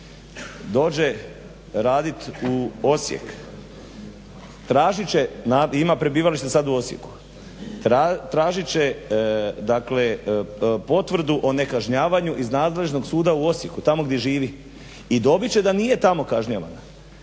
dođe radit u Osijek. Tražit će, ima prebivalište sad u Osijeku. Tražit će, dakle potvrdu o nekažnjavanju iz nadležnog suda u Osijeku tamo gdje živi i dobit će da nije tamo kažnjavana.